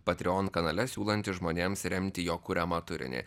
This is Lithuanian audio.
patrion kanale siūlantis žmonėms remti jo kuriamą turinį